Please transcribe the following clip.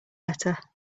letter